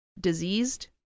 diseased